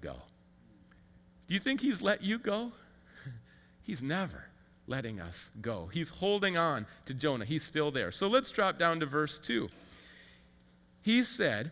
go you think he's let you go he's never letting us go he's holding on to jonah he's still there so let's drop down to verse two he said